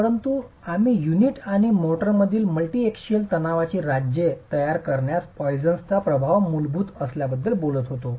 म्हणून आम्ही युनिट आणि मोर्टारमधील मल्टीएक्सियल तणावाची राज्ये तयार करण्यात पॉईसनचा Poisson's प्रभाव मूलभूत असल्याबद्दल बोलत होतो